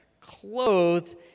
clothed